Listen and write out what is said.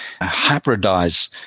hybridize